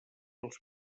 els